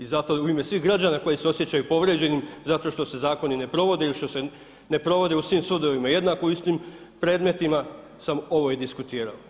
I zato u ime svih građana koji se osjećaju povrijeđenim zato što se zakoni ne provode ili zato što se ne provode u svim sudovima jednako u istim predmetima sam ovo i diskutirao.